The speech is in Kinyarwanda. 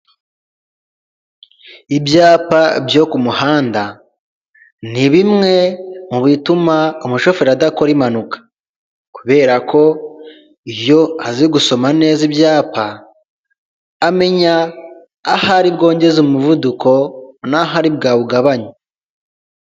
Ibyapa byo ku muhanda, ni bimwe mu bituma umushoferi adakora impanuka. Kubera ko iyo azi gusoma neza ibyapa, amenya aho ari bwongeza umuvuduko, n'aho ari bwawugabanye.